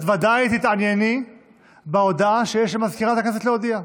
את ודאי תתענייני בהודעה שיש לסגנית מזכיר הכנסת להודיע.